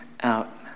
out